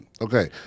Okay